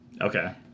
okay